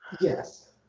Yes